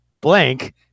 blank